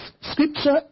scripture